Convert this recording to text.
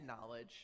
knowledge